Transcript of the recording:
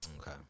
Okay